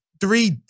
three